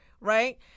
right